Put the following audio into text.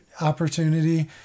opportunity